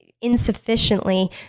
insufficiently